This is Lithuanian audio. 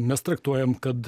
mes traktuojam kad